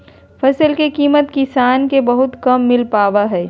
फसल के कीमत किसान के बहुत कम मिल पावा हइ